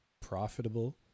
profitable